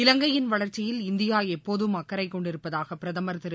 இலங்கையின் வளர்ச்சியில் இந்தியா எப்போதம் அக்கறை கொண்டிருப்பதாக பிரதமர் திரு